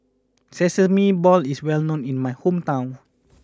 Sesame Balls is well known in my hometown